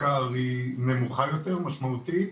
היא נמוכה יותר משמעותית.